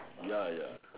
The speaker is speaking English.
ya ya